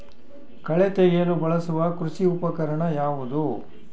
ಕಳೆ ತೆಗೆಯಲು ಬಳಸುವ ಕೃಷಿ ಉಪಕರಣ ಯಾವುದು?